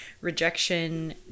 Rejection